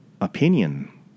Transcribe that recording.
opinion